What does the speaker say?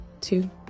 two